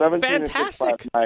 fantastic